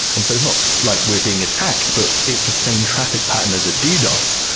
and so it's not like we're being attacked, but it's the same traffic pattern as at ddos.